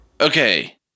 Okay